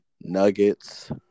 Nuggets